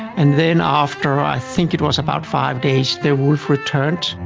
and then after, i think it was about five days, the wolf returned.